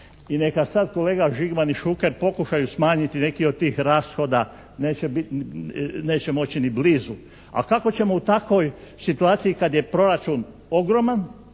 i neka sad kolega Žigman i Šuker pokušaju smanjiti neki od tih rashoda neće biti, neće moći ni blizu. A kako ćemo u takvoj situaciji kad je proračun ogroman,